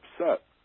upset